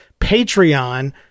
Patreon-